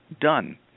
done